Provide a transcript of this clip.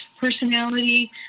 personality